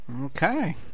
Okay